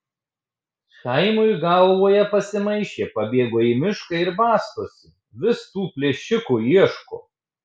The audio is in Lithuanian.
chaimui galvoje pasimaišė pabėgo į mišką ir bastosi vis tų plėšikų ieško